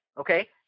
Okay